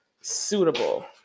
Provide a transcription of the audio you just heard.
suitable